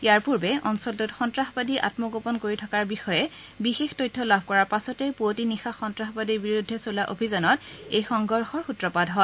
ইয়াৰ পূৰ্বে অঞ্চলটোত সন্নাসবাদী আম্মগোপন কৰি থকাৰ বিষয়ে বিশেষ তথ্য লাভ কৰাৰ পাছতে পুৱতি নিশা সন্তাসবাদীৰ বিৰুদ্ধে চলোৱা অভিযানত এই সংঘৰ্যৰ সূত্ৰপাত হয়